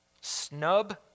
snub